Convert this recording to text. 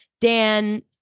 Dan